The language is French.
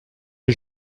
les